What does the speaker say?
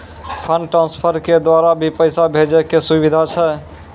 Fund transfer के द्वारा भी पैसा भेजै के सुविधा छै?